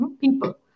people